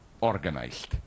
organized